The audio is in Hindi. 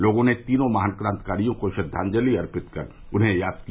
लोगों ने तीनों महान क्रांतिकारियों को श्रद्वांजलि अर्पित कर उन्हें याद किया